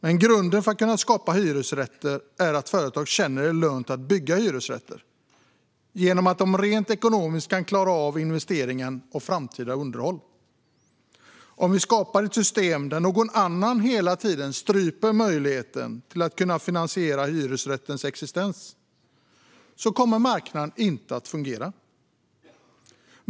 Men grunden för att kunna skapa hyresrätter är att företag känner att det är lönt att bygga hyresrätter genom att de rent ekonomiskt kan klara av investeringen och det framtida underhållet. Om vi skapar ett system där någon annan hela tiden stryper möjligheten att finansiera hyresrättens existens kommer marknaden inte att fungera.